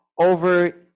over